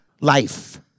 life